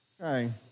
Okay